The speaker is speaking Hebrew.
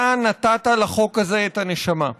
אתה נתת לחוק הזה את הנשמה.